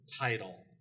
title